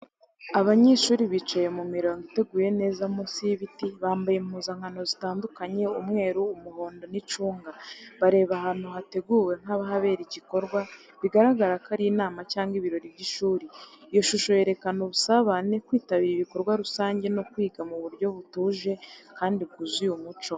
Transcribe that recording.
Abanyeshuri bicaye mu mirongo iteguye neza munsi y’ibiti, bambaye impuzankano zitandukanye: umweru, umuhondo n’icunga. Bareba ahantu hateguwe nk’ahabera igikorwa, bigaragara ko ari inama cyangwa ibirori by’ishuri. Iyi shusho yerekana ubusabane, kwitabira ibikorwa rusange no kwiga mu buryo butuje kandi bwuzuye umuco.